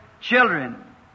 children